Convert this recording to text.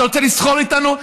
אתה רוצה לסחור איתנו?